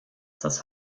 das